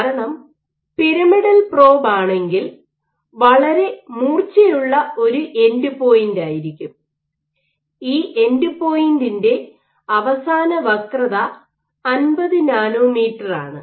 കാരണം pyramidal probe ആണെങ്കിൽ വളരെ മൂർച്ചയുള്ള ഒരു എൻഡ് പോയിന്റായിരിക്കും ഈ എൻഡ് പോയിന്റിന്റെ അവസാന വക്രത 50 നാനോമീറ്ററാണ്